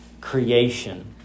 creation